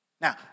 Now